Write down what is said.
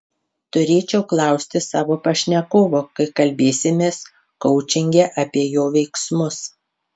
turėčiau klausti savo pašnekovo kai kalbėsimės koučinge apie jo veiksmus